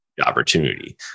opportunity